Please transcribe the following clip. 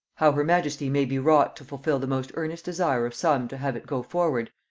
how her majesty may be wrought to fulfil the most earnest desire of some to have it go forward,